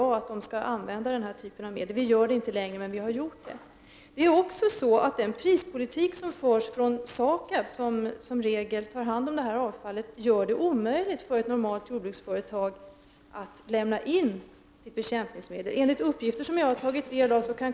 Detta förslag bereds för närvarande inom regeringskansliet.